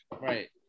Right